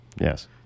Yes